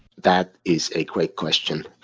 that is a great question.